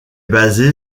basé